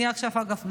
אגב,